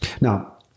Now